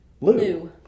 Lou